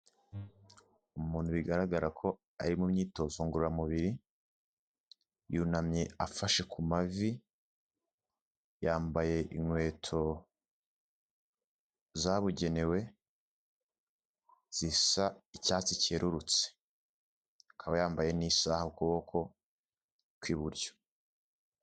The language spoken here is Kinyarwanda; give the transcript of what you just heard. Umuntu bigaragara ko ari mu myitozo ngororamubiri, yunamye afashe ku mavi, yambaye inkweto zabugenewe zisa icyatsi cyerurutse, akaba yambaye n'isaaha ku kuboko kw'iburyo.